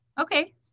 okay